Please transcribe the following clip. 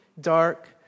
dark